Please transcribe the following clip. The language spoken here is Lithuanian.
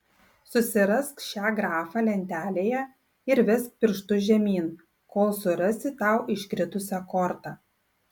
susirask šią grafą lentelėje ir vesk pirštu žemyn kol surasi tau iškritusią kortą